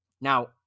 Now